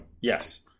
yes